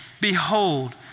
Behold